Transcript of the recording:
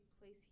place